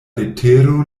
letero